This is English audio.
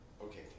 Okay